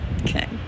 Okay